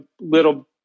little